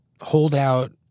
holdout